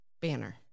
banner